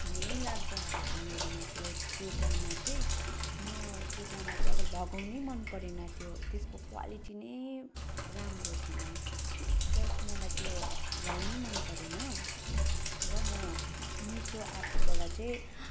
घिनै लाग्दो आएको थियो मेरोमा त्यो त्यो जामा चाहिँ म त्यो जामा चाहिँ अब लगाउनै मन परेन त्यो त्यसको क्वालिटी नै राम्रो थिएन प्लस मलाई त्यो लाउनै मन परेन र म मिसो एप्सबाट चाहिँ